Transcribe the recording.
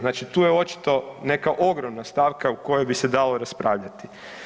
Znači tu je očito neka ogromna stavka u kojoj bi se dalo raspravljati.